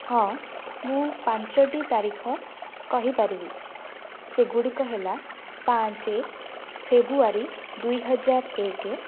ହଁ ମୁଁ ପାଞ୍ଚୋଟି ତାରିଖ କହିପାରିବି ସେଗୁଡ଼ିକ ହେଲା ପାଞ୍ଚ ଫେବୃଆରୀ ଦୁଇହଜାର ଏକ